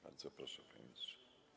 Bardzo proszę, panie ministrze.